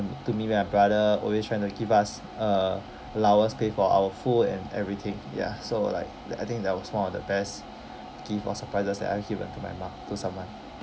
to me to me when my brother always trying to give us uh allowance pay for our food and everything ya so like I think that was one of the best gift or surprises that I have given to my mom to someone